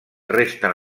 resten